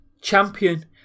champion